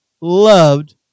loved